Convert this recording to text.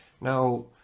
now